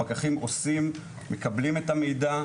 הפקחים מקבלים את המידע,